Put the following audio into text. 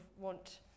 want